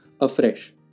afresh